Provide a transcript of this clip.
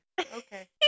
Okay